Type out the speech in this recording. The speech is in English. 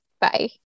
Bye